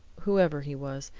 whoever he was,